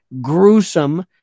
gruesome